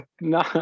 No